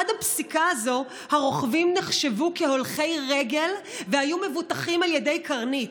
עד הפסיקה הזאת הרוכבים נחשבו הולכי רגל והיו מבוטחים על ידי "קרנית".